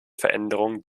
veränderung